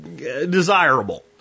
Desirable